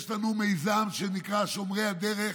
יש לנו מיזם שנקרא "שומרי הדרך".